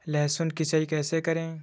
लहसुन की सिंचाई कैसे करें?